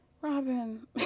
Robin